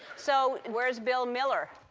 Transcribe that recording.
so, where's bill miller?